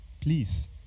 please